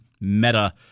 Meta